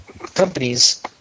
companies